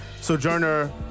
Sojourner